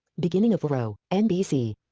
beginning of row, nbc.